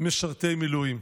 משרתי מילואים,